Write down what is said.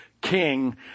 king